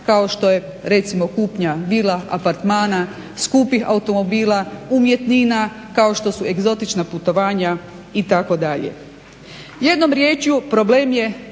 kao što je recimo kupnja vila, apartmana, skupih automobila, umjetnina, kao što su egzotična putovanja itd. Jednom rječju problem je